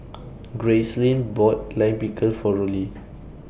Gracelyn bought Lime Pickle For Rollie